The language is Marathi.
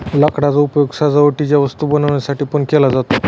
लाकडाचा उपयोग सजावटीच्या वस्तू बनवण्यासाठी पण केला जातो